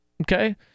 Okay